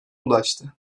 ulaştı